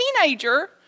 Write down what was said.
teenager